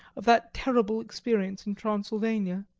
of that terrible experience in transylvania.